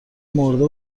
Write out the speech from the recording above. مرده